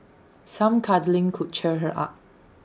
some cuddling could cheer her up